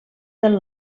del